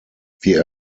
wir